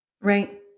Right